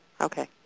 Okay